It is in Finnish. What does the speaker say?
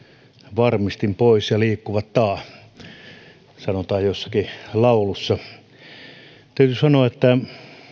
varmistin pois ja liikkuvat taa sanotaan jossakin laulussa täytyy sanoa että